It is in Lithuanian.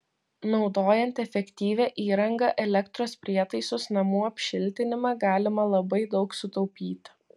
naudojant efektyvią įrangą elektros prietaisus namų apšiltinimą galima labai daug sutaupyti